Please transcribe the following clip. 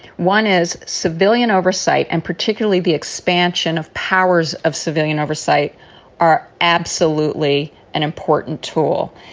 one is civilian oversight and particularly the expansion of powers of civilian oversight are absolutely an important tool.